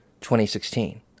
2016